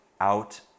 out